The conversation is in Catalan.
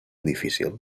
difícil